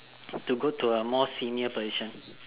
to go to a more senior position